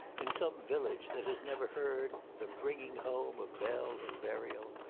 in some village that has never heard the bringing home of bell and burial,